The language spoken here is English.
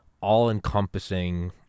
all-encompassing